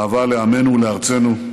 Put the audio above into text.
אהבה לעמנו ולארצנו,